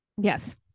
yes